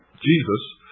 jesus,